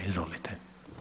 Izvolite.